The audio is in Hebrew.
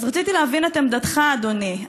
אז רציתי להבין את עמדתך, אדוני.